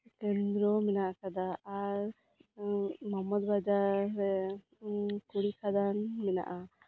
ᱠᱮᱱᱫᱨᱚ ᱢᱮᱱᱟᱜ ᱟᱠᱟᱫᱟ ᱟᱨ ᱢᱚᱦᱚᱢᱚᱫᱽ ᱵᱟᱡᱟᱨ ᱨᱮ ᱫᱷᱤᱨᱤ ᱠᱷᱟᱫᱟᱱ ᱢᱮᱱᱟᱜᱼᱟ